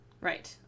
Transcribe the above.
Right